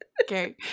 Okay